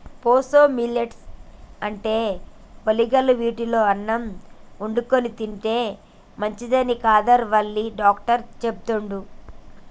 proso millet అంటే వరిగలు వీటితో అన్నం వండుకొని తింటే మంచిదని కాదర్ వల్లి డాక్టర్ చెపుతండు